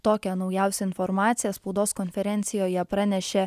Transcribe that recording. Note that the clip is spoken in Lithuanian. tokią naujausią informaciją spaudos konferencijoje pranešė